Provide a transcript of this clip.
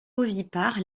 ovipare